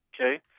okay